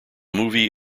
movie